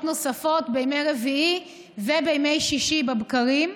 נוספות בימי רביעי ובימי שישי בבקרים,